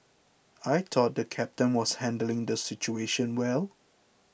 I thought the captain was handling the situation well